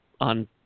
on